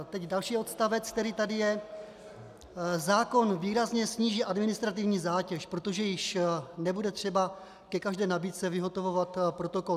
Teď další odstavec, který tady je: Zákon výrazně sníží administrativní zátěž, protože již nebude třeba ke každé nabídce vyhotovovat protokol.